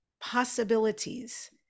possibilities